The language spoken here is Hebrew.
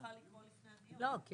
אי